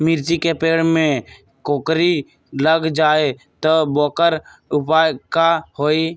मिर्ची के पेड़ में कोकरी लग जाये त वोकर उपाय का होई?